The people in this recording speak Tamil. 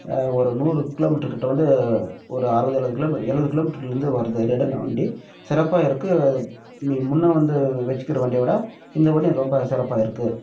ஒரு நூறு கிலோ மீட்ரு கிட்டே வந்து ஒரு அறுபது எழுவது கிலோ மீ எழுவது கிலோ மீட்ருக்கு முந்தைய வருது ரேடான் வண்டி சிறப்பாக இருக்குது மு முன்னை வந்து வச்சுக்குற வண்டியை விட இந்த வண்டி ரொம்ப சிறப்பாக இருக்குது